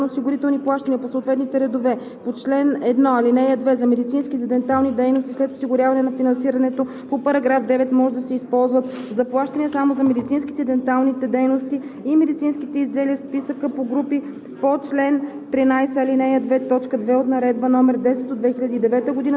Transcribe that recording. НЗОК. (2) Неусвоените средства до 30 септември 2021 г. за здравноосигурителни плащания по съответните редове по чл. 1, ал. 2 за медицински и за дентални дейности след осигуряване на финансирането по § 9 може да се използват за плащания само за медицинските и денталните дейности и медицинските изделия списъка по групи по чл.